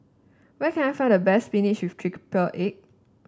where can I find the best spinach with egg